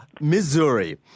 Missouri